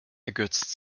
ergötzt